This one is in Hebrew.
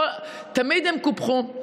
תמיד הם קופחו.